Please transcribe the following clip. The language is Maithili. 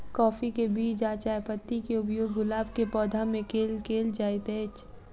काफी केँ बीज आ चायपत्ती केँ उपयोग गुलाब केँ पौधा मे केल केल जाइत अछि?